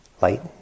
light